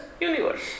universe